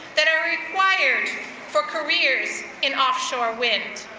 that are required for careers in offshore wind.